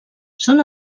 són